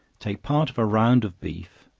take part of a round of beef,